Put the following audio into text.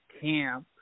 camp